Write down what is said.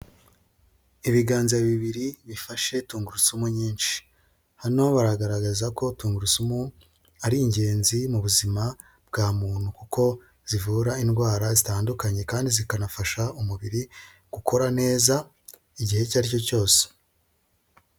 Ibiganza bibiri bifashe tungurusumu nyinshi, hano baragaragaza ko tungurusumu ari ingenzi mu buzima bwa muntu, kuko zivura indwara zitandukanye kandi zikanafasha umubiri gukora neza igihe icyo aricyo cyose.